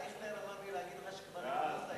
ההצעה להעביר את הצעת